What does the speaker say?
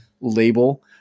label